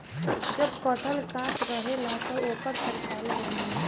जब कटहल कांच रहेला त ओकर तरकारी बनेला